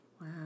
wow